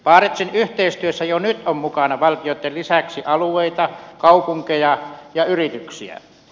barentsin yhteistyössä jo nyt on mukana valtioitten lisäksi alueita kaupunkeja ja yrityksiä